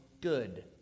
good